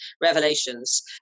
revelations